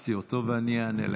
שפספסתי אותו, ואני אענה לך.